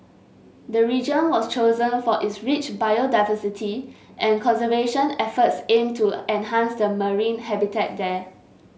the region was chosen for its rich biodiversity and conservation efforts aim to enhance the marine habitat there